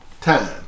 time